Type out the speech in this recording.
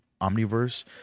Omniverse